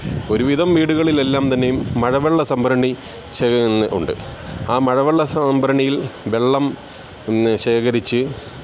ഒരുവിധം വീടുകളിലെല്ലാം തന്നെയും മഴവെള്ള സംഭരണി ഉണ്ട് ആ മഴവെള്ള സംഭരണിയിൽ വെള്ളം ശേഖരിച്ച്